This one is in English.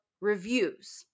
reviews